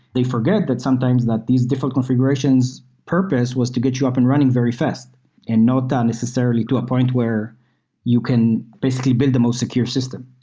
they forget that sometimes that these default configurations purpose was to get you up and running very fast and not ah necessarily to a point where you can basically build the most secure system.